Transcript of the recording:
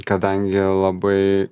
kadangi labai